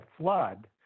flood